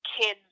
kids